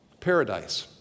Paradise